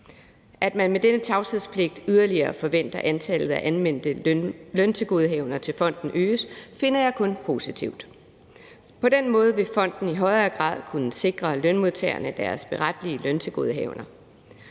At man med denne tavshedspligt yderligere forventer, at antallet af anmeldte løntilgodehavender til fonden øges, finder jeg kun positivt. På den måde vil fonden i højere grad kunne sikre de løntilgodehavender,